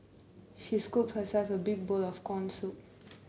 she scooped herself a big bowl of corn soup